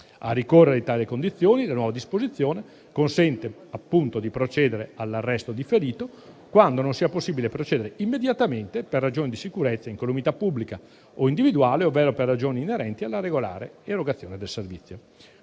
Al ricorrere di tali condizioni, la nuova disposizione consente appunto di procedere all'arresto differito quando non sia possibile procedere immediatamente per ragioni di sicurezza e incolumità pubblica o individuale, ovvero per ragioni inerenti alla regolare erogazione del servizio.